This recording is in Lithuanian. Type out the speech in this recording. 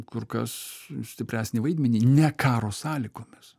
kur kas stipresnį vaidmenį ne karo sąlygomis